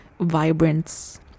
vibrance